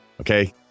okay